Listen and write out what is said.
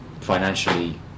financially